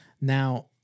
Now